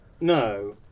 No